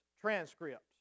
transcripts